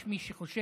יש מי שחושב